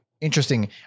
interesting